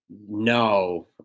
No